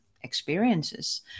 experiences